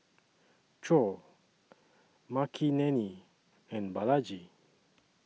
Choor Makineni and Balaji